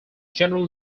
general